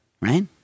Right